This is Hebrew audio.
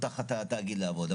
או תחת התאגיד לעבוד.